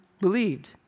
believed